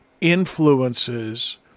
influences